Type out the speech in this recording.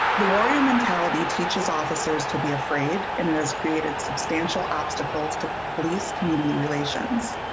the warrior mentality teaches officers to be afraid and has created substantial obstacle to police community relations.